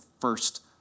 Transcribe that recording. first